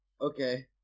Okay